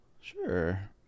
sure